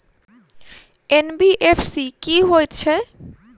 NBFC की हएत छै?